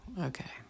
okay